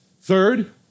Third